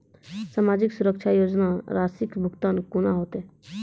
समाजिक सुरक्षा योजना राशिक भुगतान कूना हेतै?